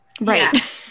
Right